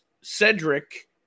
Cedric